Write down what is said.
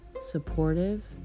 supportive